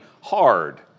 hard